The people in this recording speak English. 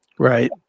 right